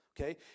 okay